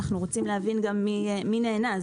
אנחנו רוצים להבין גם מי נהנה.